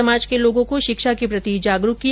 समाज के लोगों को शिक्षा के प्रति जागरूक किया